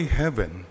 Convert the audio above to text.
heaven